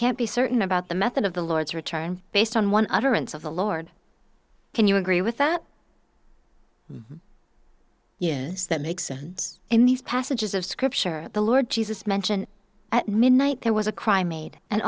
can't be certain about the method of the lord's return based on one utterance of the lord can you agree with that yes that makes and in these passages of scripture the lord jesus mention at midnight there was a crime made and